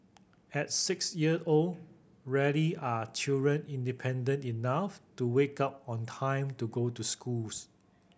at six year old rarely are children independent enough to wake up on time to go to schools